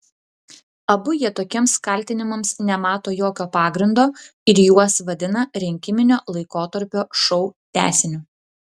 abu jie tokiems kaltinimams nemato jokio pagrindo ir juos vadina rinkiminio laikotarpio šou tęsiniu